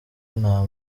nta